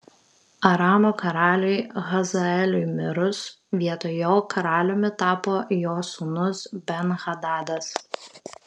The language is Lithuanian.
aramo karaliui hazaeliui mirus vietoj jo karaliumi tapo jo sūnus ben hadadas